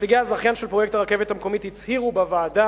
נציגי הזכיין של פרויקט הרכבת המקומית הצהירו בוועדה